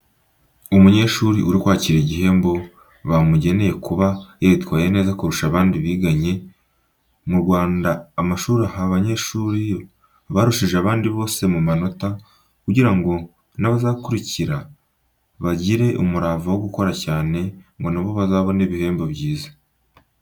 Umunyeshuri uri kwakira igihembo bamugeneye kuba yaritwaye neza kurusha abandi biganye, mu Rwanda amashuri yose aha abanyeshuri barushije abandi bose mu manota kugira ngo n'abazabakurikira bagire umurava wo gukora cyane ngo na bo bazabone ibihembo byiza.